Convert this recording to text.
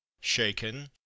shaken